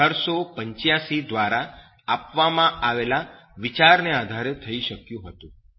Armstrong 1885" દ્વારા આપવામાં આવેલા વિચારને આધારે થઈ શક્યું હતું